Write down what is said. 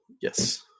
Yes